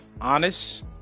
honest